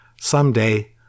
Someday